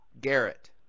Garrett